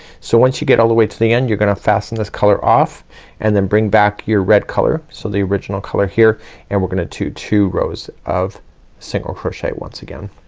so once you get all the way to the end, you're gonna fasten this color off and then bring back your red color. so the original color here and we're gonna do two rows of single crochet once again.